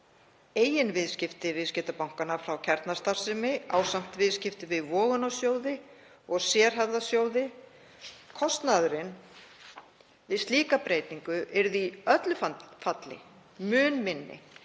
eigin viðskipti viðskiptabankanna frá kjarnastarfsemi. Hið sama á við um viðskipti við vogunarsjóði og sérhæfða sjóði. Kostnaðurinn við slíka breytingu yrði í öllu falli mun minni